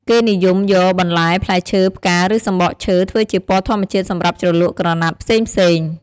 គេនិយមយក បន្លែ ផ្លែឈើ ផ្កា ឬសំបកឈើ ធ្វើជាពណ៌ធម្មជាតិសម្រាប់ជ្រលក់ក្រណាត់ផ្សេងៗ។